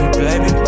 baby